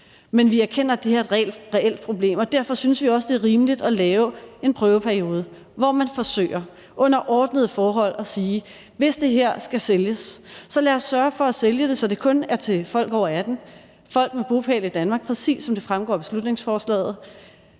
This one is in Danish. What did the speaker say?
men vi erkender, at det her er et reelt problem, og derfor synes vi også, det er rimeligt at lave en prøveperiode, hvor man forsøger at gøre det under ordnede forhold: Hvis det her skal sælges, så lad os sørge for at sælge det, så det kun er til folk over 18 år, folk med bopæl i Danmark, præcis som det fremgår af beslutningsforslaget.